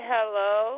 Hello